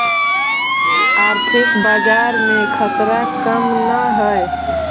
आर्थिक बाजार में खतरा कम न हाई